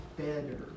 better